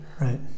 right